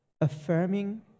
affirming